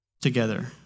together